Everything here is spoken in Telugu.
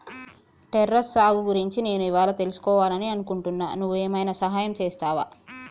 టెర్రస్ సాగు గురించి నేను ఇవ్వాళా తెలుసుకివాలని అనుకుంటున్నా నువ్వు ఏమైనా సహాయం చేస్తావా